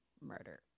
murder